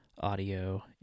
audio